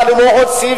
אבל הוא לא הוסיף,